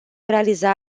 realiza